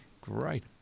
Great